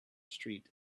street